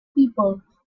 people